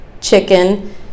chicken